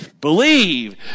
believe